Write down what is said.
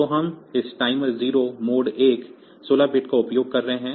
तो हम इस टाइमर 0 मोड 1 16 बिट का उपयोग कर रहे हैं